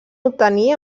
obtenir